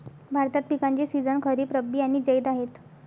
भारतात पिकांचे सीझन खरीप, रब्बी आणि जैद आहेत